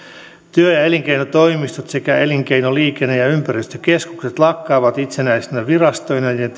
työ ja elinkeinotoimistot sekä elinkeino liikenne ja ja ympäristökeskukset lakkaavat itsenäisinä virastoina ja